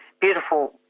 beautiful